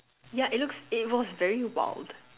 yeah it looks it was very wild